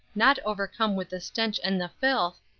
not overcome with the stench and the filth,